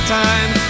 time